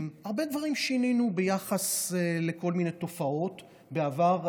הרבה דברים שינינו ביחס לכל מיני תופעות בעבר.